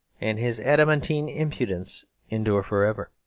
and his adamantine impudence endure for ever.